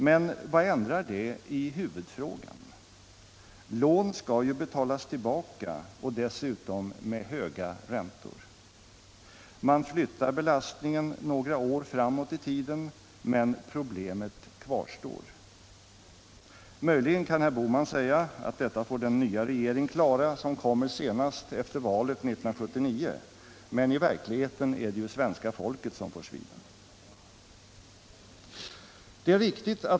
Men vad ändrar det i huvudfrågan? Lån skall ju betalas tillbaka och dessutom med höga räntor. Man flyttar belastningen några år framåt i tiden, men problemet kvarstår. Möjligen kan herr Bohman säga att detta får den nya regering klara som kommer senast efter valet 1979, men i verkligheten är det ju svenska folket som får svida.